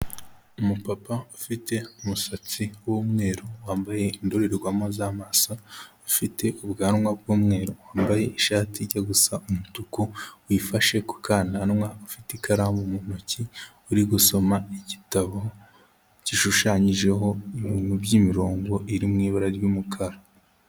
Umupapa ufite umusatsi w'umweru, wambaye indorerwamo z'amaso, ufite ubwanwa bw'umweru, wambaye ishati ijya gusa umutuku, wifashe ku kananwa, afite ikaramu mu ntoki, uri gusoma igitabo gishushanyijeho ibintu by'imirongo iri mu ibara ry'umukara.